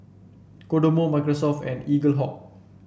Kodomo Microsoft and Eaglehawk